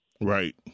Right